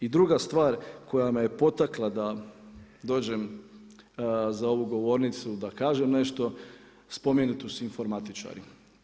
I druga stvar koja me je potakla, da dođem za ovu govornicu, da kažem nešto, spomenutost informatičarima.